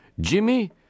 Jimmy